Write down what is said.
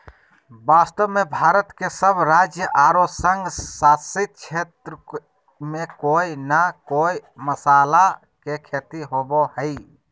वास्तव में भारत के सब राज्य आरो संघ शासित क्षेत्र में कोय न कोय मसाला के खेती होवअ हई